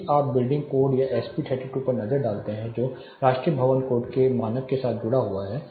यदि आप building code या एसपी 32 पर एक नज़र डालते हैं जो राष्ट्रीय भवन कोड के साथ मानक से जुड़ा हुआ है